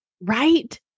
Right